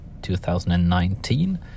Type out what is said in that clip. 2019